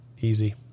easy